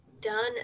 done